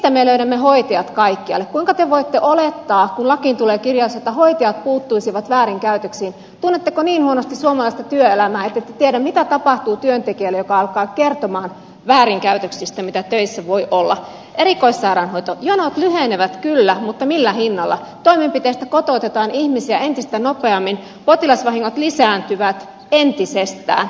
hannele mehua ja kaikkia kuten tavoite on että laki tulee kirjastonhoitajapuuttuisivat väärinkäytöksiin laitakari on suomalaista työelämää tiedä mitä tapahtuu työntekijälle palkan kertoma väärinkäytöksistä mitä teissä voi olla erikoissairaanhoito jonot lyhenevät kyllä mutta millä hinnalla toimenpiteistä kotoutetaan ihmisiä entistä nopeammin potilasvahingot lisääntyvät entisestään